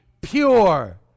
pure